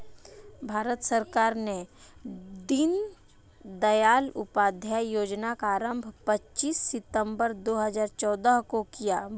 भारत सरकार ने दीनदयाल उपाध्याय योजना का आरम्भ पच्चीस सितम्बर दो हज़ार चौदह को किया